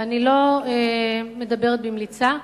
ואני לא מדברת במליצה,